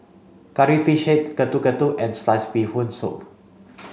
curry fish head Getuk Getuk and sliced Bee Hoon soup